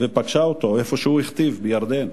ופגשה אותו איפה שהוא הכתיב, בירדן.